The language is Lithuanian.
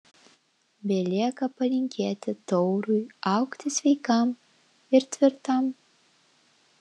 belieka palinkėti taurui augti sveikam ir tvirtam